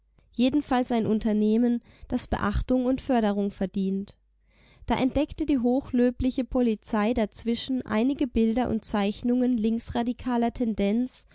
jedenfalls ein unternehmen das beachtung und förderung verdient da entdeckte die hochlöbliche polizei dazwischen einige bilder und zeichnungen linksradikaler tendenz